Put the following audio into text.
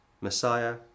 Messiah